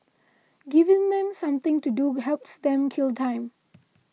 giving them something to do helps them kill time